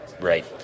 right